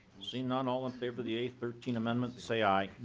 seeing none all in favor the a thirteen amendment say aye.